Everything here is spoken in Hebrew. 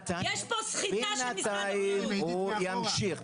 בינתיים הוא ימשיך.